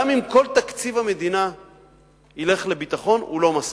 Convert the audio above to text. גם אם כל תקציב המדינה ילך לביטחון, הוא לא מספיק.